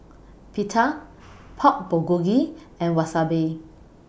Pita Pork Bulgogi and Wasabi